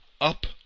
up